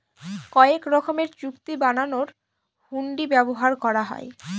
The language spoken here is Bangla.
কয়েক রকমের চুক্তি বানানোর হুন্ডি ব্যবহার করা হয়